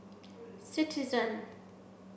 citizen